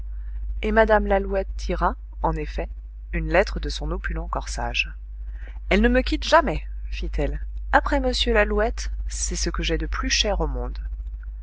et mme lalouette tira en effet une lettre de son opulent corsage elle ne me quitte jamais fit-elle après m lalouette c'est ce que j'ai de plus cher au monde